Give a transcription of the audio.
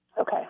Okay